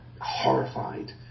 horrified